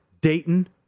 Dayton